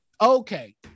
Okay